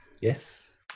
Yes